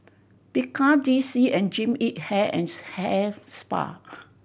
Bika D C and Jean Yip Hair and Hair Spa